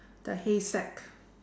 the haystack